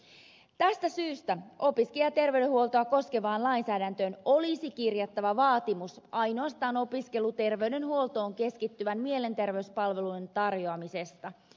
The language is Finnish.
tästä syystä opiskelijaterveydenhuoltoa koskevaan lainsäädäntöön olisi kirjattava vaatimus ainoastaan opiskeluterveydenhuoltoon keskittyvien mielenterveyspalveluiden tarjoamisesta